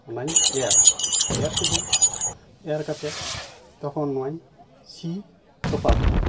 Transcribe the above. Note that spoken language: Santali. ᱚᱱᱟᱧ ᱮᱨᱟ ᱮᱨ ᱠᱮᱫᱟᱹᱧ ᱮᱨ ᱠᱟᱛᱮᱫ ᱛᱚᱠᱷᱚᱱ ᱱᱚᱣᱟᱧ ᱥᱤ ᱛᱚᱯᱟ ᱠᱮᱫᱟ